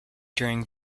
during